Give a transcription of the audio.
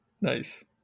Nice